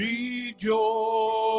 Rejoice